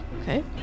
Okay